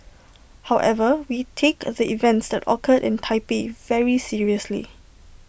however we take the events that occurred in Taipei very seriously